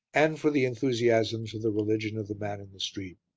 and for the enthusiasms of the religion of the man in the street.